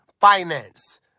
finance